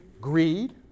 greed